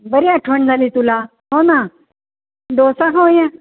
बरी आठवण झाली तुला हो ना डोसा होय